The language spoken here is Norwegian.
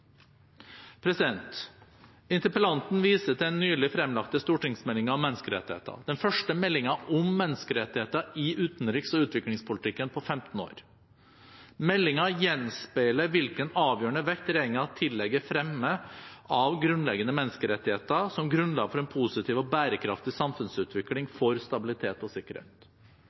Interpellanten viser til den nylig fremlagte stortingsmeldingen om menneskerettigheter, den første meldingen om menneskerettigheter i utenriks- og utviklingspolitikken på 15 år. Meldingen gjenspeiler hvilken avgjørende vekt regjeringen tillegger fremme av grunnleggende menneskerettigheter, som grunnlag for en positiv og bærekraftig samfunnsutvikling,